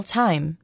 time